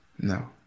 No